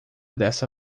dessa